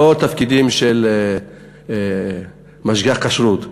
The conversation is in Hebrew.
לא תפקידים של משגיח כשרות,